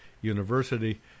University